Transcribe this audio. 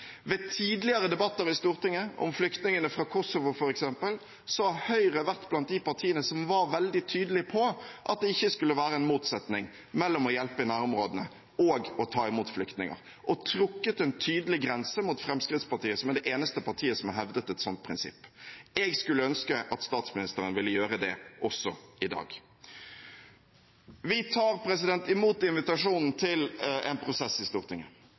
Ved tidligere debatter i Stortinget – om flyktningene fra Kosovo f.eks. – har Høyre vært blant de partiene som har vært veldig tydelig på at det ikke skulle være noen motsetning mellom å hjelpe i nærområdene og å ta imot flyktninger, og trukket en tydelig grense mot Fremskrittspartiet, som er det eneste partiet som har hevdet et slikt prinsipp. Jeg skulle ønske at statsministeren ville gjøre det også i dag. Vi tar imot invitasjonen til en prosess i Stortinget.